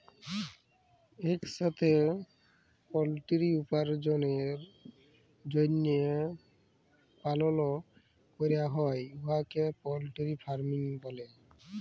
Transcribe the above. ইকসাথে পলটিরি উপার্জলের জ্যনহে পালল ক্যরা হ্যয় উয়াকে পলটিরি ফার্মিং ব্যলে